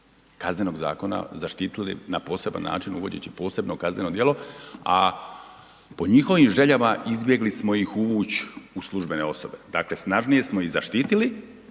Kaznenog zakona zaštitili na poseban način uvodeći posebno kazneno djelo, a po njihovim željama izbjegli smo ih uvući u službene osobe. Dakle, snažnije smo ih zaštitili,